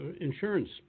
insurance